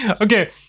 Okay